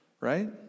right